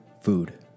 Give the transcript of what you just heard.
food